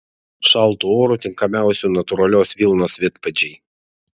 šaltu oru tinkamiausi natūralios vilnos vidpadžiai